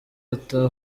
ata